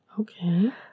Okay